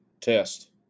test